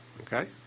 Okay